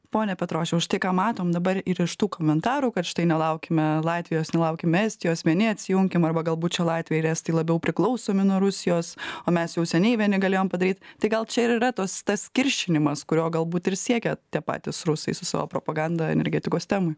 pone petrošiau štai ką matom dabar ir iš tų komentarų kad štai nelaukime latvijos nelaukim estijos vieni atsijunkim arba galbūt čia latviai ir estai labiau priklausomi nuo rusijos o mes jau seniai galėjom padaryt tai gal čia ir yra tas tas kiršinimas kurio galbūt ir siekia tie patys rusai su savo propaganda energetikos temoj